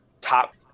top